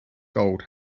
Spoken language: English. gold